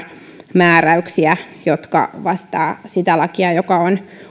määräyksiä jotka vastaavat sitä lakia joka